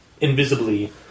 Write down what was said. invisibly